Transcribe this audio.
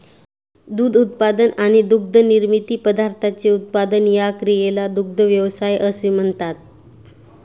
दूध उत्पादन आणि दुग्धनिर्मित पदार्थांचे उत्पादन या क्रियेला दुग्ध व्यवसाय असे म्हणतात